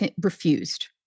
refused